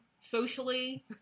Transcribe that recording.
socially